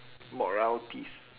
moralities